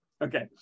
Okay